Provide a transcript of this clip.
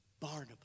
Barnabas